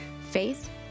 Faith